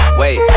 wait